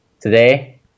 today